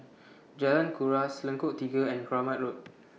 Jalan Kuras Lengkok Tiga and Kramat Road